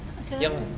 可能